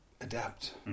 adapt